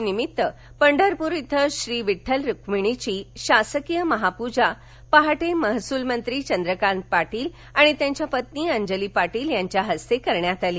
यानिमित्त पंढरपूर इथं श्री विठ्ठल रुक्मिणीची शासकीय महापूजा आज पहाटे महसूल मंत्री चंद्रकांत पाटील आणि त्यांच्या पत्नी अंजली पाटील यांच्या हस्ते करण्यात आली